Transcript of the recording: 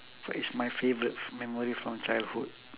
what is my favourite f~ memory from childhood